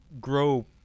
grow